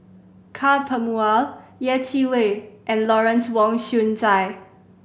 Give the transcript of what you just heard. Ka Perumal Yeh Chi Wei and Lawrence Wong Shyun Tsai